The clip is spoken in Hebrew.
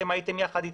חבר הכנסת עסאקלה,